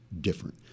different